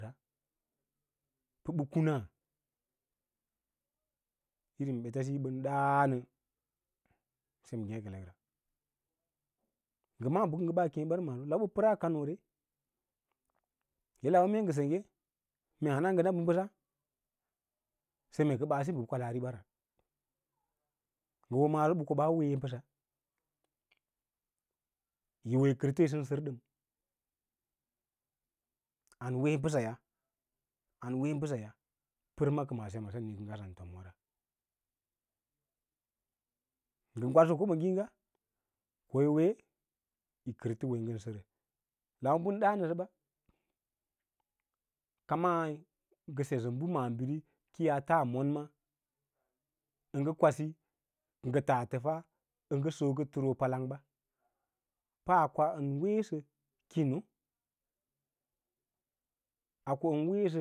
Pə ɓə kuna irin ɓeta siyi ən ɗanə sem ngêkelekra ngə ma’á bə kə ngə bən keẽ ba ra mad lawe bə pəra kanore pə mee sengge mee hana ngə na bə mee sengge mee hana ngə na bə bəss sem mee kə baa sək bə kwalaariɓara ngə wo maaso ke ɓaa wee mbəsa yi wo yi kərtə yi sən sər dən an wee mbəsaya an wee mbəsaya pərkakəma sem kən u kə ngaa sa tomwara ngə əwadsə ƙobo ngligs ko yi wee yì kərtə wo yín sərə lawa bən ɗa’ngəsə ba kamaí ngə sə bə maabiri kə yaa faa monma ə ngə kwasi ngə tas təfaa ngə sokə təoo palanɓa akoa ən weesə kino ako weesə